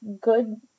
good